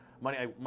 money